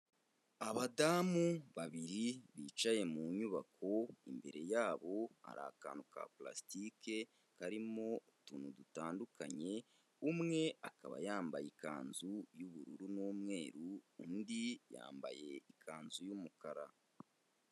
Abadamu babiri bicaye mu nyubako, imbere yabo hari akantu ka purasitike karimo utuntu dutandukanye, umwe akaba yambaye ikanzu y'ubururu n'umweru, undi yambaye ikanzu y'umukara.